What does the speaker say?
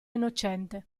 innocente